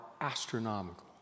astronomical